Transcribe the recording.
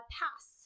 pass